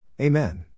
Amen